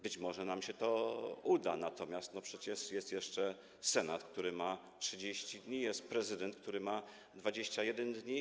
Być może nam się to uda, natomiast jest przecież jeszcze Senat, który ma 30 dni, jest prezydent, który ma 21 dni.